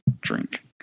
drink